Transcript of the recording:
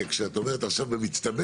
כי כשאת אומרת עכשיו במצטבר,